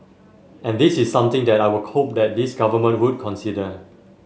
and this is something that I would hope that this Government would consider